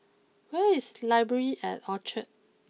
where is library at Orchard